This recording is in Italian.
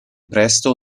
presto